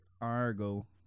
argo